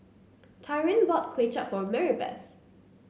Tyrin bought Kuay Chap for Maribeth